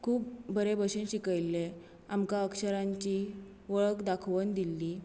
खूब बरे बशेन शिकयल्लें आमकां अक्षरांची वळख दाखोवन दिल्ली